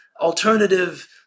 alternative